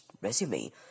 resume